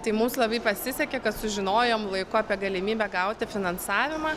tai mums labai pasisekė kad sužinojom laiku apie galimybę gauti finansavimą